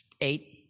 Eight